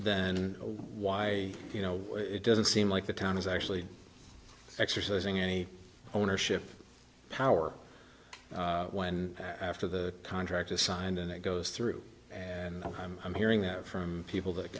then why you know it doesn't seem like the town is actually exercising any ownership power when after the contract is signed and it goes through and i'm hearing that from people that